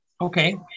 Okay